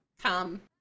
Come